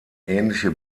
ähnliche